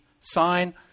sign